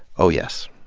oh, yes.